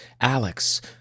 Alex